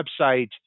website